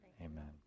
Amen